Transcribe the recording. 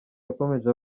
yakomeje